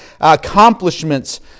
accomplishments